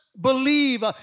believe